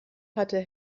hatte